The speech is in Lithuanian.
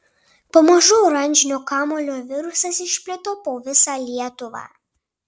pamažu oranžinio kamuolio virusas išplito po visą lietuvą